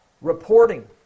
Reporting